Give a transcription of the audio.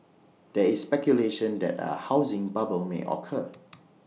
there is speculation that A housing bubble may occur